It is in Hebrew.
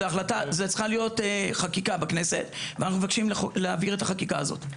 זו צריכה להיות חקיקה בכנסת ואנחנו מבקשים להעביר את החקיקה הזאת.